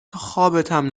خوابتم